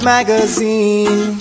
Magazine